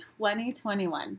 2021